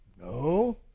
No